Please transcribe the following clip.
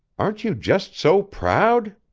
aren't you just so proud.